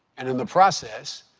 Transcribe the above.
and in the process,